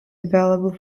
available